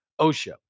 OSHA